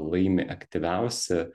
laimi aktyviausi